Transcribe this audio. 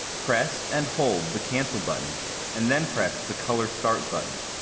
press and hold the cancel button and then press the color start button.